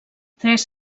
tres